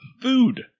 Food